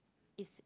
it's